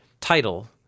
title